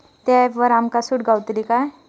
त्या ऍपवर आमका सूट गावतली काय?